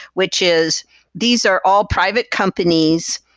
which is these are all private companies.